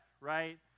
right